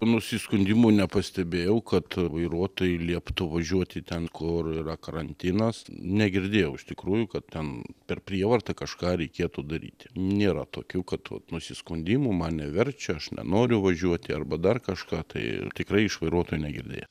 nusiskundimų nepastebėjau kad vairuotojai lieptu važiuoti ten kur yra karantinas negirdėjau iš tikrųjų kad ten per prievartą kažką reikėtų daryti nėra tokių kad nusiskundimų mane verčia aš nenoriu važiuoti arba dar kažką tai tikrai iš vairuotojų negirdėjau